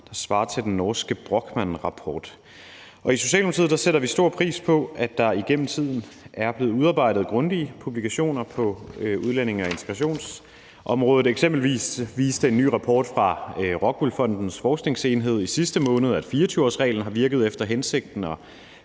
der svarer til den norske Brochmannrapport. I Socialdemokratiet sætter vi stor pris på, at der igennem tiden er blevet udarbejdet grundige publikationer på udlændinge- og integrationsområdet. Eksempelvis viste en ny rapport fra ROCKWOOL Fondens forskningsenhed i sidste måned, at 24-årsreglen har virket efter hensigten og